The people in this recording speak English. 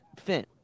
Finn